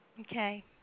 Okay